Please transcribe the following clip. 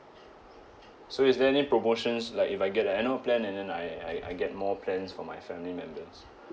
so is there any promotions like if I get an annual plan and then I I I get more plans for my family members